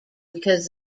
because